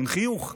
עם חיוך,